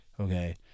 Okay